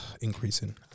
increasing